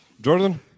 Jordan